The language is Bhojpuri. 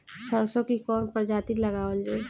सरसो की कवन प्रजाति लगावल जाई?